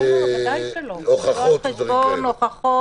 לא, ודאי שלא, לא על חשבון הוכחות.